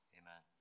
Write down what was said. amen